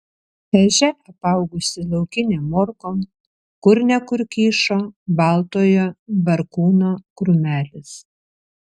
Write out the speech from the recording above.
ežia apaugusi laukinėm morkom kur ne kur kyšo baltojo barkūno krūmelis